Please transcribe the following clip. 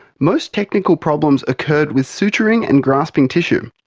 most technical problems occurred with suturing and grasping tissue.